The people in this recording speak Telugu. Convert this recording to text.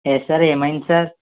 ఏ సార్ ఏమైంది సార్